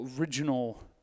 original